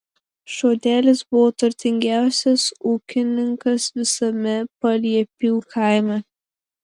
žodelis buvo turtingiausias ūkininkas visame paliepių kaime